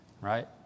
Right